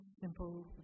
simple